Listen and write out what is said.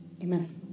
Amen